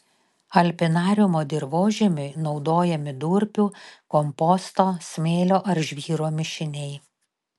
alpinariumo dirvožemiui naudojami durpių komposto smėlio ar žvyro mišiniai